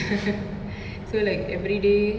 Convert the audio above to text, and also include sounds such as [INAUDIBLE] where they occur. [NOISE] so like everyday